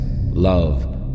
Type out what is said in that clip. love